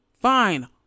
fine